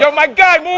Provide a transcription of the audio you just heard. so my god,